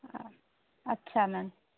আচ্ছা ম্যাম